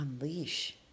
unleash